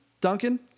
duncan